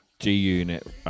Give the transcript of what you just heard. G-Unit